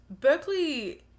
Berkeley